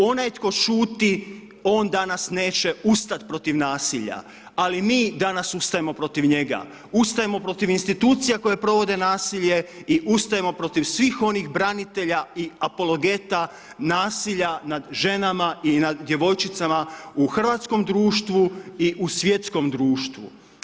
Onaj tko šuti on danas neće ustati protiv nasilja ali mi danas ustajemo protiv njega, ustajemo protiv institucija koje provode nasilje i ustajemo protiv svih onih branitelja i apologeta nasilja nad ženama i nad djevojčicama u hrvatskom društvu i u svjetskom društvu.